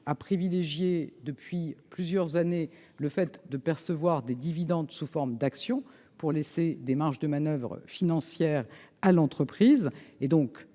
privilégier depuis plusieurs années la perception des dividendes sous forme d'actions pour laisser des marges de manoeuvre financières à l'entreprise. Notre